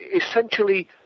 essentially